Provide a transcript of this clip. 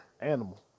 Animal